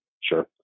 sure